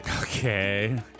Okay